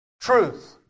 truth